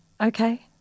Okay